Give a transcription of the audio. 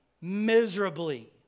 miserably